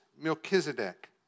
Melchizedek